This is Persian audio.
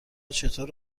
چطور